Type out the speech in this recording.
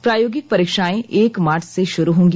प्रायोगिक परीक्षाएं एक मार्च से शुरू होंगी